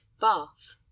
Bath